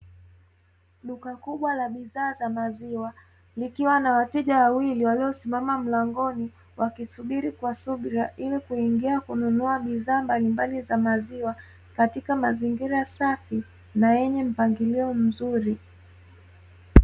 Duka kubwa la bidhaa za maziwa likiwa na wateja wawili waliosimama mlangoni, wakisubiri kwa subira ili kuingia kununua bidhaa mbalimbali za maziwa katika mazingira safi na yenye mpangilio mzuri.